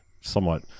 Somewhat